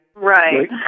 Right